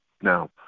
Now